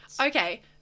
Okay